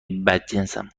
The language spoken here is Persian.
بدجنسم